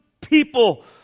people